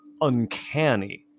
uncanny